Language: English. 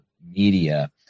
media